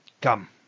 Come